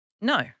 No